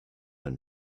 and